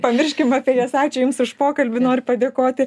pamirškim apie jas ačiū jums už pokalbį noriu padėkoti